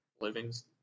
livings